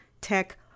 tech